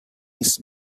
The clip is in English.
his